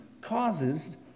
causes